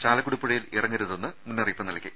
ചാലക്കുടി പുഴയിൽ ഇറങ്ങരുതെന്ന് മുന്നറിയിപ്പ് നൽകി